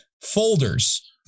folders